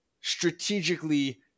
strategically